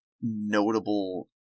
notable